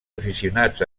aficionats